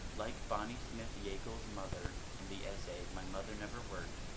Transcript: like bonnie smith-yackel's mother in the essay my mother never worked,